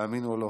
תאמינו או לא,